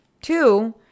two